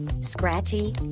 scratchy